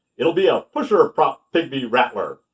it'll be a pusher prop pygmy rattler!